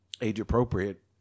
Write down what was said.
age-appropriate